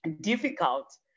difficult